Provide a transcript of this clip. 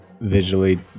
visually